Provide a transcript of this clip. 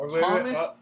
Thomas